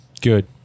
Good